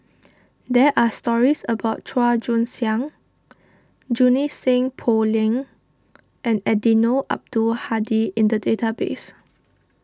there are stories about Chua Joon Siang Junie Sng Poh Leng and Eddino Abdul Hadi in the database